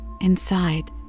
Inside